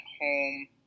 home